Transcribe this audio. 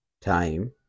time